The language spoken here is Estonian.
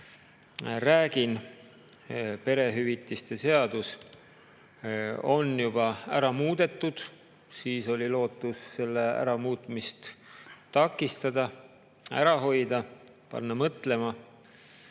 räägin, perehüvitiste seadus, on juba ära muudetud. Siis oli lootus selle muutmist takistada, ära hoida, panna mõtlema.